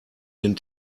den